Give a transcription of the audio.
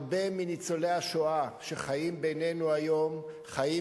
הרבה מניצולי השואה שחיים בינינו היום חיים